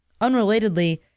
Unrelatedly